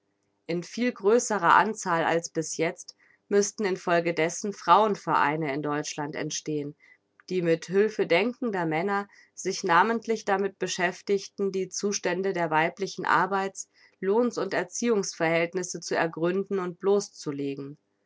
in viel größerer anzahl als bis jetzt müßten in folge dessen frauen vereine in deutschland entstehen die mit hülfe denkender männer sich namentlich damit beschäftigten die zustände der weiblichen arbeits lohns und erziehungsverhältnisse zu ergründen und